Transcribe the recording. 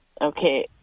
okay